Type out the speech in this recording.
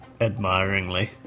admiringly